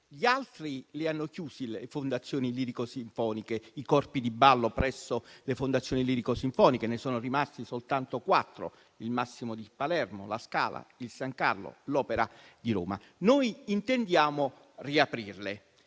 Gli altri hanno chiuso le fondazioni lirico-sinfoniche e i corpi di ballo presso le fondazioni lirico-sinfoniche. Ne sono rimaste soltanto quattro: il Massimo di Palermo, la Scala, il San Carlo, l'Opera di Roma. Noi intendiamo riaprirle.